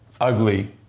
Ugly